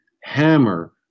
hammer